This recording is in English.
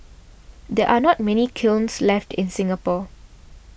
there are not many kilns left in Singapore